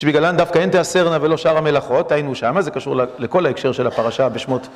שבגללן דווקא הן תיאסרנה ולא שאר המלאכות, היינו שמה, זה קשור לכל ההקשר של הפרשה בשמות...